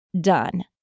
done